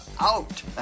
out